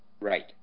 Right